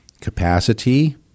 capacity